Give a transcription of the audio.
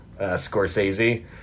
Scorsese